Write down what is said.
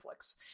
netflix